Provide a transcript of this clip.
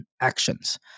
actions